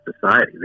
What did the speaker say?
society